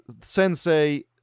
Sensei